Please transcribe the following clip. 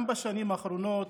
גם בשנים האחרונות,